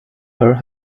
her